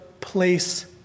place